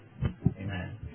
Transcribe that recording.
amen